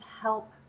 help